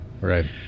Right